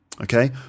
okay